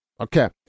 okay